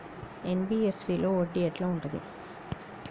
NBFC లో వడ్డీ ఎట్లా ఉంటది?